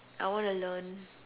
I wanna learn